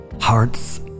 hearts